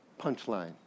punchline